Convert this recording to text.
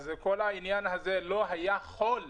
אז כל העניין הזה לא היה חול,